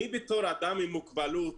אני בתור אדם עם מוגבלות,